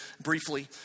briefly